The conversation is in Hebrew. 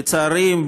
לצערי,